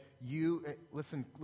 you—listen